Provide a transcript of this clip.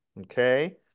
Okay